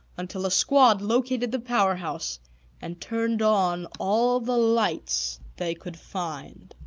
until a squad located the power-house and turned on all the lights they could find.